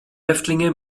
häftlinge